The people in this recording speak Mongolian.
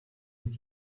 нэг